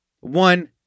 one